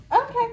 Okay